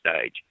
stage